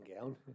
gown